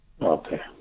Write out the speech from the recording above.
Okay